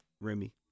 Remy